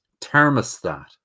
thermostat